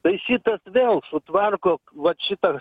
tai šitas vėl sutvarko vat šitą